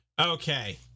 Okay